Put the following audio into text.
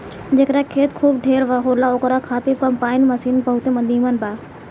जेकरा खेत खूब ढेर होला ओकरा खातिर कम्पाईन मशीन बहुते नीमन बा